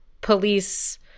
police